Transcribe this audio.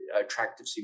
attractive